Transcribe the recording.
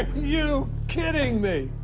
you kidding me?